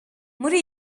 muri